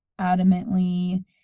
adamantly